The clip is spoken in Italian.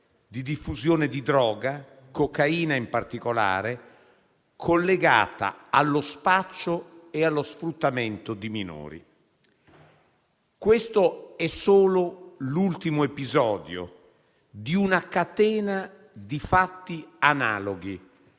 di diffusione di droga, cocaina in particolare, collegata allo spaccio e allo sfruttamento di minori. Questo è solo l'ultimo episodio di una catena di fatti analoghi